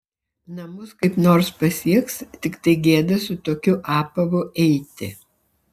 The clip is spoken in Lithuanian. namus kaip nors pasieks tiktai gėda su tokiu apavu eiti